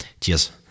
Cheers